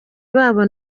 babo